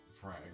Frank